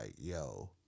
yo